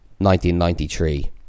1993